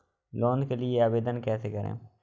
Loan के लिए आवेदन कैसे करें?